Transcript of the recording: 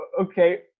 okay